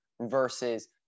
versus